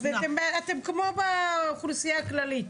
אז זה כמו האחוז באוכלוסייה הכללית.